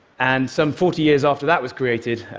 and some forty years after that was created,